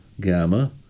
gamma